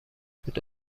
بود